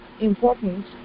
important